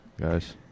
guys